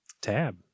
Tab